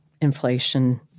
inflation